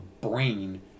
brain